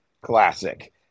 classic